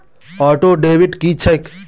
Auto debit की छैक?